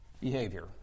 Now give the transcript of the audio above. behavior